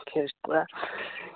ᱠᱷᱮᱥᱴ ᱨᱮᱭᱟᱜ